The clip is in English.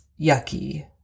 yucky